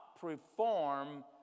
perform